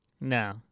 No